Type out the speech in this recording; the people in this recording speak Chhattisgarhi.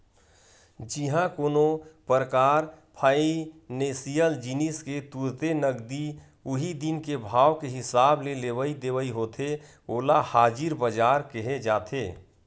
जिहाँ कोनो परकार फाइनेसियल जिनिस के तुरते नगदी उही दिन के भाव के हिसाब ले लेवई देवई होथे ओला हाजिर बजार केहे जाथे